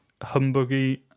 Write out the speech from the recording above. humbuggy